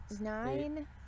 nine